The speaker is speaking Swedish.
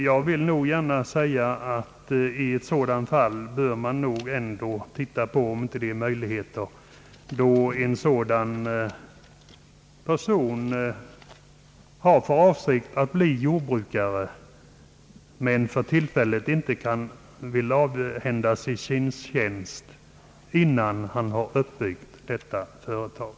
Man bör nog ändå pröva om det inte är möjligt att ställa sådan garanti för en per son som har för avsikt att bli jordbrukare men som för tillfället inte vill avhända sig sin tjänst innan han har byggt upp sitt jordbruksföretag.